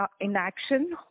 inaction